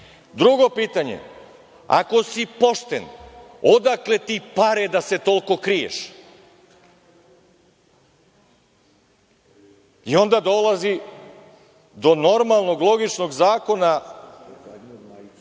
pitanje, ako si pošten, odakle ti pare da se toliko kriješ? Onda dolazi do normalnog, logičnog zakona